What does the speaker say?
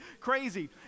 crazy